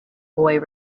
boy